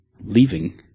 leaving